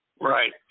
Right